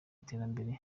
iterambere